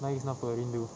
nangis kenapa rindu